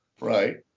Right